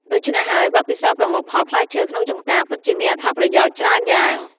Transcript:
ដូច្នេះហើយ បទពិសោធន៍ប្រមូលផលផ្លែឈើក្នុងចម្ការពិតជាមានអត្ថប្រយោជន៍ច្រើនយ៉ាង។